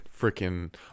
freaking